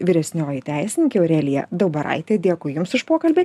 vyresnioji teisininkė aurelija daubaraitė dėkui jums už pokalbį